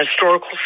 historical